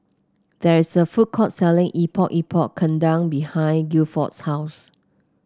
there is a food court selling Epok Epok Kentang behind Gilford's house